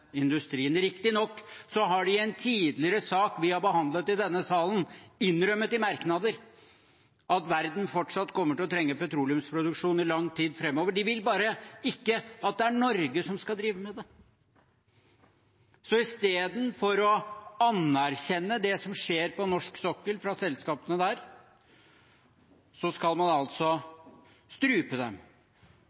industrien. Riktignok har de i en tidligere sak vi har behandlet i denne salen, innrømmet i merknader at verden fortsatt kommer til å trenge petroleumsproduksjon i lang tid fremover. De vil bare ikke at det er Norge som skal drive med det, så istedenfor å anerkjenne det som skjer på norsk sokkel fra selskapene der, skal man altså strupe dem,